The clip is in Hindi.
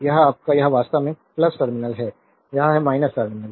और यह आपका यह वास्तव में टर्मिनल है यह है टर्मिनल